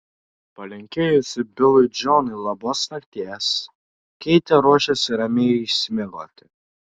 palinkėjusi bilui džonui labos nakties keitė ruošėsi ramiai išsimiegoti